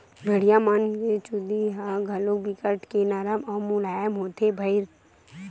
भेड़िया मन के चूदी ह घलोक बिकट के नरम अउ मुलायम होथे भईर